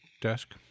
desk